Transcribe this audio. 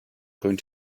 going